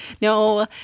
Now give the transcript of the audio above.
No